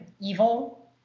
evil